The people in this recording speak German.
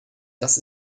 das